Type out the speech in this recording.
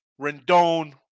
Rendon